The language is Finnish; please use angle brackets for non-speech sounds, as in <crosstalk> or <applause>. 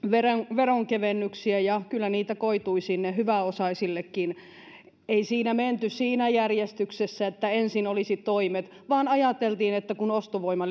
veronkevennyksiä ja kyllä niitä koitui sinne hyväosaisillekin ei siinä menty siinä järjestyksessä että ensin olisivat toimet vaan ajateltiin että kun ostovoima <unintelligible>